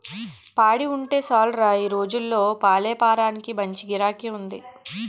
పాడి ఉంటే సాలురా ఈ రోజుల్లో పాలేపారానికి మంచి గిరాకీ ఉంది